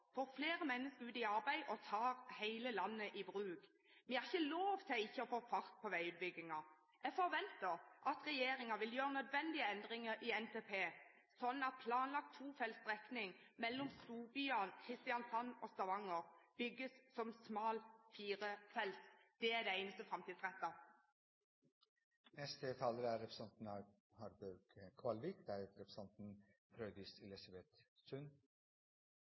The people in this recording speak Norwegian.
får flere mennesker ut i arbeid og tar hele landet i bruk. Vi har ikke lov til ikke å få fart på veiutbyggingen. Jeg forventer at regjeringen vil gjøre nødvendige endringer i NTP, slik at planlagte tofelts strekninger mellom storbyene Kristiansand og Stavanger bygges som smal firefelts. Det er det eneste framtidsrettede. Trontalen har gitt Stortinget innsikt i oppgaver og områder som dagens regjering vil arbeide med og for i det neste året, og det er